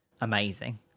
amazing